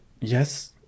Yes